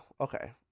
okay